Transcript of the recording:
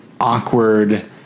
awkward